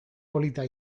polita